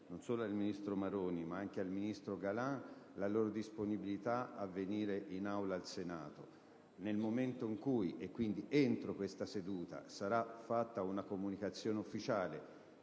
non solo al ministro Maroni, ma anche al ministro Galan - la disponibilità a venire in Aula al Senato. Nel momento in cui, nel corso di questa seduta, sarà fatta una comunicazione ufficiale